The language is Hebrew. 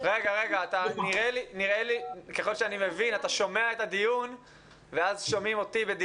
אני חושב שיש לזה